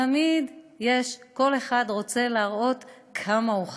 תמיד כל אחד רוצה להראות כמה הוא חזק.